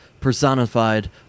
personified